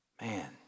Man